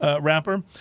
wrapper